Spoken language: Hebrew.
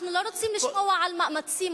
אנחנו לא רוצים לשמוע על מאמצים,